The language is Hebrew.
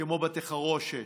כמו בתי חרושת,